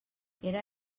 era